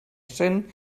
cent